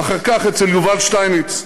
ואחר כך אצל יובל שטייניץ,